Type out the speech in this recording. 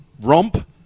romp